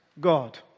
God